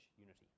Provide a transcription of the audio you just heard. unity